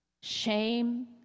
shame